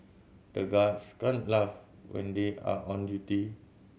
the guards can't laugh when they are on duty